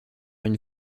une